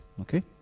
Okay